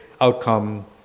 outcome